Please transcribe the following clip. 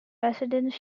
residents